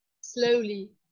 Slowly